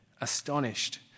astonished